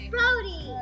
Brody